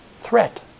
threat